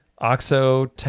OXO